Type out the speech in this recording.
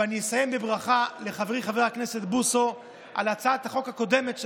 אני אסיים בברכה לחברי חבר הכנסת בוסו על הצעת החוק הקודמת שלו,